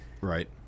Right